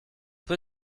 peu